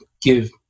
give